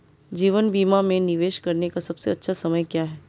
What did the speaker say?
जीवन बीमा में निवेश करने का सबसे अच्छा समय क्या है?